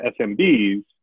SMBs